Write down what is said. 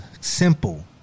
simple